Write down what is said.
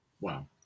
Wow